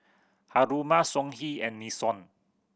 Haruma Songhe and Nixon